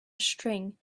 string